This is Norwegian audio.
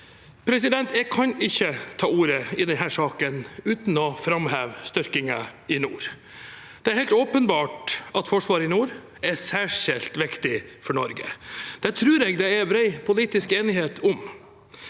Jeg kan ikke ta ordet i denne saken uten å framheve styrkingen i nord. Det er helt åpenbart at Forsvaret i nord er særskilt viktig for Norge. Det tror jeg det er bred politisk enighet om.